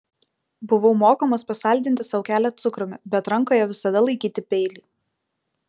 buvau mokomas pasaldinti sau kelią cukrumi bet rankoje visada laikyti peilį